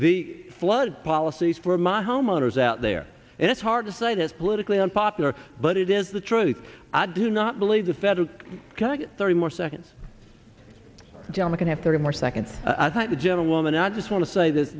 the flood policies for my homeowners out there and it's hard to say that's politically unpopular but it is the truth i do not believe the federal can thirty more seconds john mccain have thirty more seconds i think the gentlewoman i just want to say that